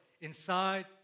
inside